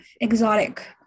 exotic